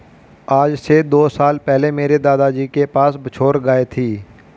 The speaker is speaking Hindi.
आज से दो साल पहले मेरे दादाजी के पास बछौर गाय थी